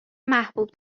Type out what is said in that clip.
محبوب